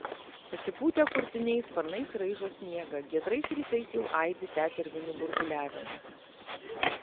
pasipūtę kurtiniai sparnais raižo sniegą giedrais rytais jau aidi tetervinų burbuliavimas